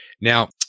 Now